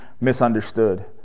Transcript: misunderstood